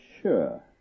sure